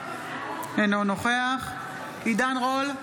אינו נוכח עידן רול,